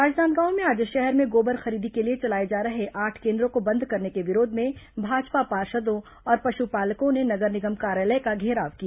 राजनांदगांव में आज शहर में गोबर खरीदी के लिए चलाए जा रहे आठ केन्द्रों को बंद करने के विरोध में भाजपा पार्षदों और पशुपालकों ने नगर निगम कार्यालय का घेराव किया